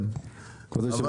אבל